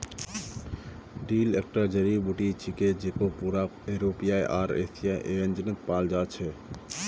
dill एकता जड़ी बूटी छिके जेको पूरा यूरोपीय आर एशियाई व्यंजनत पाल जा छेक